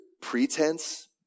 pretense